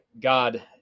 God